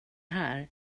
här